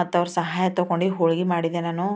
ಮತ್ತವ್ರ ಸಹಾಯ ತಗೊಂಡಿ ಹೋಳ್ಗೆ ಮಾಡಿದೆ ನಾನು